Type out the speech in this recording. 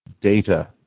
data